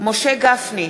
משה גפני,